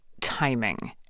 timing